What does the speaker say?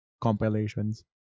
compilations